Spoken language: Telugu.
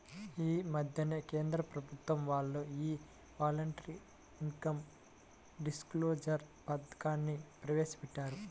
యీ మద్దెనే కేంద్ర ప్రభుత్వం వాళ్ళు యీ వాలంటరీ ఇన్కం డిస్క్లోజర్ పథకాన్ని ప్రవేశపెట్టారు